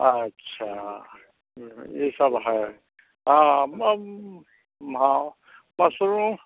अच्छा यह सब है हाँ अब हाँ मशरूम